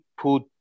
put